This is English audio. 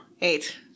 eight